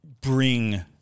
bring